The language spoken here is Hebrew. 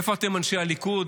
איפה אתם אנשי הליכוד,